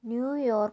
New York